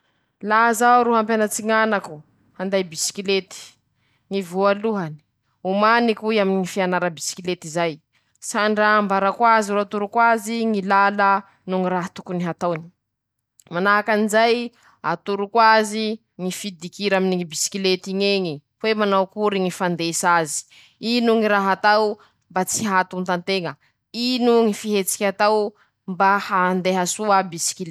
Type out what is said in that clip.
Ñy fomba hataoko, hañavotako ñ'aiko laha zaho ro gadrany ñy mpanjaka vavy raty fañahy raiky aminy ñy tilikambo farany añabo :-Mampiasa ñy feoko aho, mikorakoraky aho añy, na mikaikaiky olo hamonjy ahy ;manahaky anizao ñy fandefasako ñy taratasy; ampandesiko tsioke, soa mba ho hitany ñ'olo, na mandatsandatsaky raha bakañabo añy aho lafa misy olo mandalo reñy.